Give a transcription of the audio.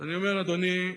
אז אני אומר, אדוני,